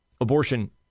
Abortion